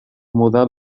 model